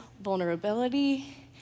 vulnerability